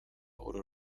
uru